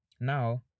Now